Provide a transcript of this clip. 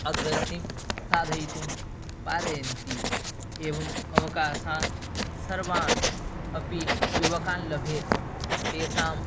अग्रगतिं साधयितुं पारयन्ति एवम् अवकाशान् सर्वान् अपि युवकाः लभेयुः तेषां